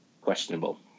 questionable